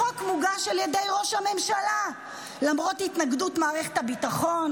החוק מוגש על ידי ראש הממשלה למרות התנגדות מערכת הביטחון,